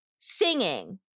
singing